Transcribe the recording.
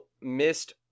missed